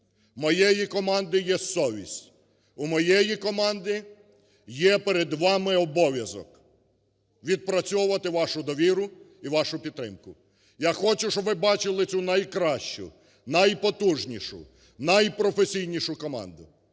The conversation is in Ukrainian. моєї команди є совість. У моєї команди є перед вами обов'язок – відпрацьовувати вашу довіру і вашу підтримку. Я хочу, щоб ви бачили цю найкращу, найпотужнішу, найпрофесійнішу команду.